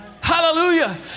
Hallelujah